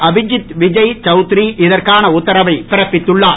அபிதித் விஜய் சவ்திரி இதற்காண உத்தரவை பிறப்பித்துள்ளார்